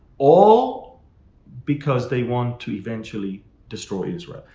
all because they want to eventually destroy israel.